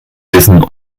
wissen